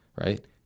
right